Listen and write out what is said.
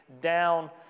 down